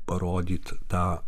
parodyt tą